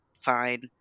fine